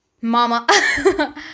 mama